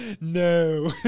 no